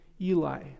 Eli